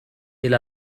إلى